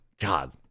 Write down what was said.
god